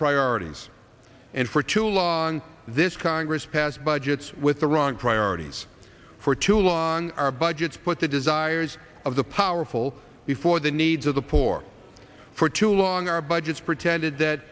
priorities and for two law and this congress pass budgets with the wrong priorities for too long our budgets but the desires of the powerful before the needs of the poor for too long our budgets pretended that